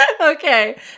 Okay